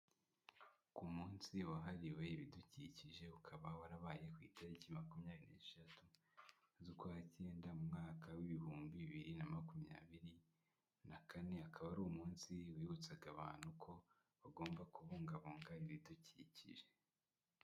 Ku munsi wahariwe ibidukikije ukaba warabaye ku itariki makumyabiri n'esheshatu z'ukwa cyenda mu mwaka w'ibihumbi bibiri na makumyabiri na kane, akaba ari umunsi wibutsaga abantu ko bagomba kubungabunga ibidukikije.